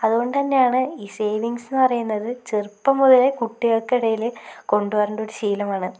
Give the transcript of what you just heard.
അതുകൊണ്ടന്നെയാണ് ഈ സേവിങ്സന്ന് പറയുന്നത് ചെറുപ്പം മുതലേ കുട്ടികൾക്കിടയിൽ കൊണ്ടുവരെണ്ട ഒരു ശീലമാണ്